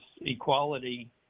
equality